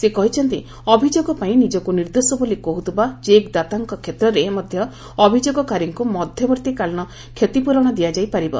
ସେହ କହିଛନ୍ତି ଅଭିଯୋଗପାଇଁ ନିଜକୁ ନିର୍ଦ୍ଦୋଷ ବୋଲି କହୁଥିବା ଚେକ୍ଦାତାଙ୍କ କ୍ଷେତ୍ରରେ ମଧ୍ୟ ଅଭିଯୋଗକାରୀଙ୍କୁ ମଧ୍ୟବର୍ତ୍ତୀକାଳୀନ କ୍ଷତିପ୍ରରଣ ଦିଆଯାଇପାରିବ